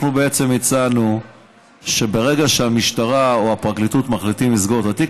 אנחנו בעצם הצענו שברגע שהמשטרה או הפרקליטות מחליטים לסגור את התיק,